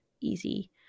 easy